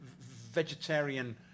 vegetarian